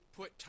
put